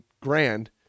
grand